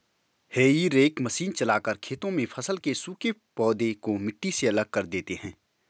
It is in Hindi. हेई रेक मशीन चलाकर खेतों में फसल के सूखे पौधे को मिट्टी से अलग कर देते हैं